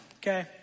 okay